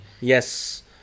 Yes